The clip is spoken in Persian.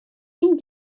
گین